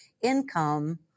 income